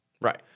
Right